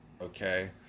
okay